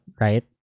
right